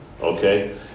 okay